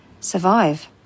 survive